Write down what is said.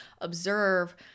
observe